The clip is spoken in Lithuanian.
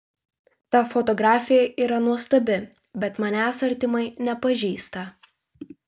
ta fotografė yra nuostabi bet manęs artimai nepažįsta